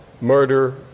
murder